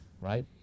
right